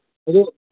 ꯑꯗꯨ